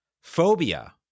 Phobia